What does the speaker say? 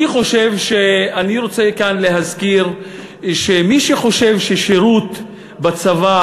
אני רוצה להזכיר כאן שמי שחושב ששירות בצבא